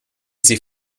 sie